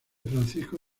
francisco